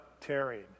tearing